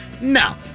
No